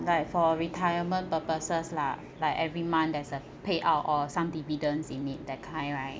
like for retirement purposes lah like every month there's a payout or some dividends in it that kind right